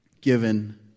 given